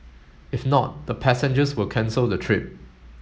if not the passengers will cancel the trip